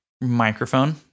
microphone